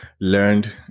learned